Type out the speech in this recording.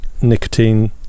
nicotine